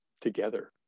together